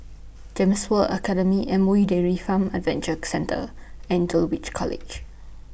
Gems World Academy M O E Dairy Farm Adventure Centre and Dulwich College